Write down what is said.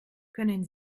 können